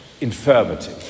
infirmity